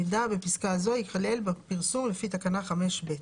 המידע בפסקה זו ייכלל בפרסום לפי תקנה 5(ב).